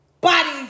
Bodies